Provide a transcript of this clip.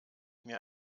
mir